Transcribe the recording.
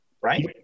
right